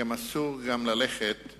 גם אסור להעלים,